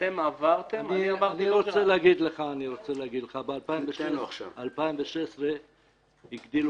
אתם עברתם --- אני רוצה להגיד לך שב-2016 הגדילו